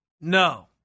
No